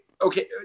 okay